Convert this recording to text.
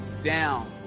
down